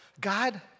God